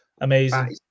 Amazing